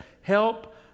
help